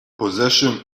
possession